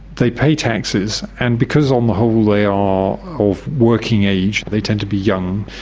they pay taxes, and because on the whole they are of working age, they tend to be young,